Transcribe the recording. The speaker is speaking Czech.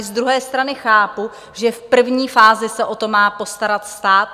Z druhé strany chápu, že v první fázi se o to má postarat stát.